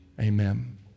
Amen